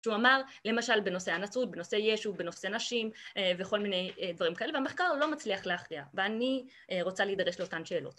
שהוא אמר, למשל בנושא הנצרות, בנושא ישו, בנושא נשים, וכל מיני דברים כאלה. והמחקר לא מצליח להכריע, ואני רוצה להידרש לאותן שאלות